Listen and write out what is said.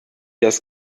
das